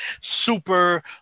super